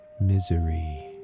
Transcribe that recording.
misery